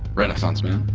renaissance man